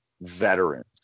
veterans